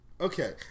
Okay